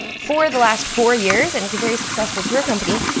for the last four years, and it's a very successful tour company.